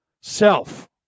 self